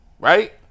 right